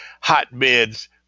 hotbeds